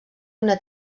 una